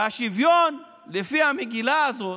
והשוויון לפי המגילה הזאת,